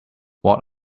what